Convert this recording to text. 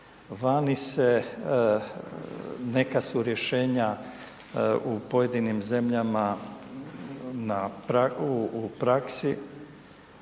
Vani su, neka su rješenja u pojedinim zemljama u praksi,